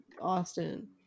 Austin